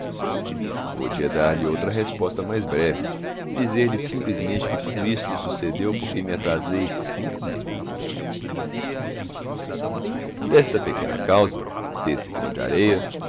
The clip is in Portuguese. podia dar-lhe outra resposta mais breve e dizer-lhe simplesmente que tudo isto sucedeu porque me atrasei cinco minutos desta pequena causa desse grão de areia